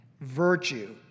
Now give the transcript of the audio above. virtue